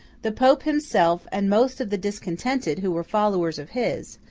the pope himself, and most of the discontented who were followers of his,